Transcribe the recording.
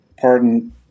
pardon